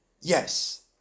yes